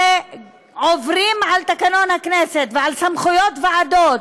ועוברים על תקנון הכנסת ועל סמכויות ועדות,